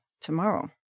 tomorrow